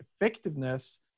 effectiveness